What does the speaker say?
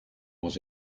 was